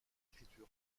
écriture